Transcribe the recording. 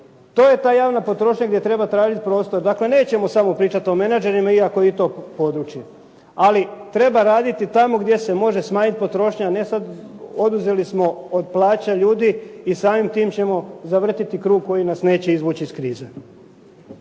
To je ta javna potrošnja gdje treba tražiti prostor. Dakle, nećemo samo pričati o menadžerima iako je i to područje, ali treba raditi tamo gdje se može smanjiti potrošnja a ne sad oduzeli smo od plaća ljudi i samim time ćemo zavrtiti krug koji nas neće izvući iz krize.